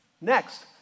Next